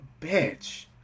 bitch